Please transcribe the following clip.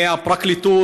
מהפרקליטות.